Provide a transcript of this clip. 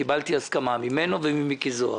קיבלתי הסכמה ממנו וממיקי זוהר.